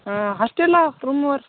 हा हस्टेला रूमवर